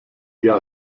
jahr